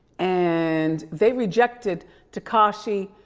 and they rejected tekashi